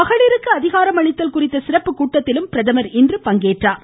மகளிருக்கு அதிகாரமளித்தல் குறித்த சிறப்பு கூட்டத்திலும் பிரதமர் இன்று பங்கேற்றார்